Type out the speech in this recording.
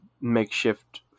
makeshift